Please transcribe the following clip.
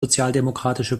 sozialdemokratische